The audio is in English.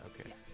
Okay